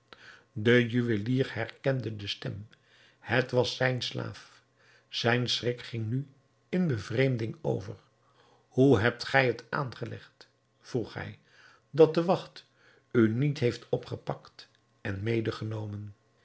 de juwelier herkende de stem het was zijn slaaf zijn schrik ging nu in bevreemding over hoe hebt gij het aangelegd vroeg hij dat de wacht u niet heeft opgepakt en